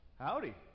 Howdy